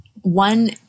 one